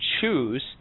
choose